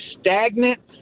stagnant